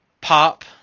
pop